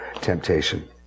temptation